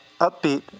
upbeat